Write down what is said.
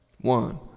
One